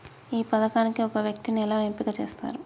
ఈ పథకానికి ఒక వ్యక్తిని ఎలా ఎంపిక చేస్తారు?